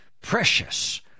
precious